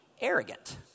Arrogant